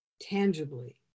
tangibly